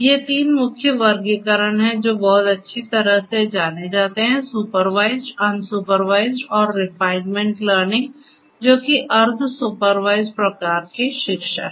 ये तीन मुख्य वर्गीकरण हैं जो बहुत अच्छी तरह से जाने जाते हैं सुपरवाइज्ड अनसुपरवाइज्ड और रिइंफोर्समेंट लर्निंग जो कि अर्ध सुपरवाइजड़ प्रकार की शिक्षा है